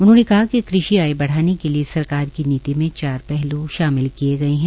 उन्होंने कहा कि कृषि आय बढाने के लिए सरकार की नीति में चार पहल् शामिल किए गए हैं